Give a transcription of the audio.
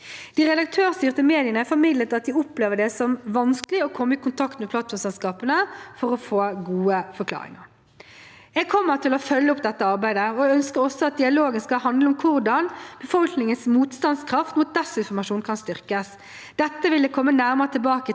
De redaktørstyrte mediene formidlet at de opplever det som vanskelig å komme i kontakt med plattformselskapene for å få gode forklaringer. Jeg kommer til å følge opp dette arbeidet og ønsker også at dialogen skal handle om hvordan befolkningens motstandskraft mot desinformasjon kan styrkes. Dette vil jeg komme nærmere tilbake til